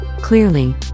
Clearly